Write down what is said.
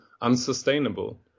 unsustainable